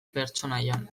pertsonaian